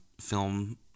film